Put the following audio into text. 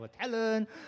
talent